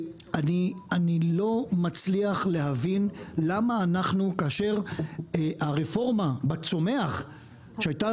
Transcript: אני לא מצליח להבין למה כאשר הרפורמה בצומח שהייתה